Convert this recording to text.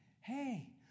Hey